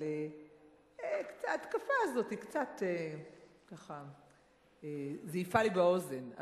אבל ההתקפה הזאת קצת זייפה לי באוזן.